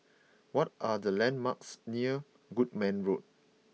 what are the landmarks near Goodman Road